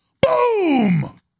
Boom